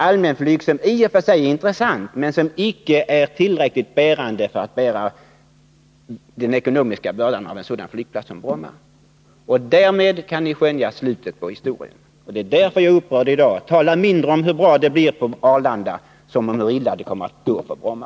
Allmänflyget är i och för sig intressant, men det är icke tillräckligt för att bära den ekonomiska bördan av en sådan flygplats som Bromma. Därmed kan ni skönja slutet på historien, och det är därför jag är upprörd i dag och talar mindre om hur bra det blir på Arlanda än om hur illa det kommer att gå för Bromma.